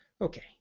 Okay